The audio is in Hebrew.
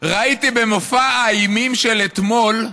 ראיתי במופע האימים של אתמול,